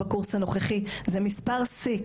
זה מספר שיא,